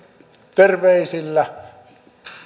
terveisillä